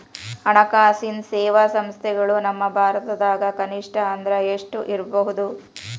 ಹಣ್ಕಾಸಿನ್ ಸೇವಾ ಸಂಸ್ಥೆಗಳು ನಮ್ಮ ಭಾರತದಾಗ ಕನಿಷ್ಠ ಅಂದ್ರ ಎಷ್ಟ್ ಇರ್ಬಹುದು?